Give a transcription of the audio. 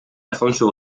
alfonso